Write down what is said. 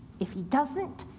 if he doesn't,